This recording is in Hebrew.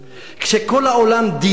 כשכל העולם דידה,